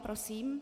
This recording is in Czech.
Prosím.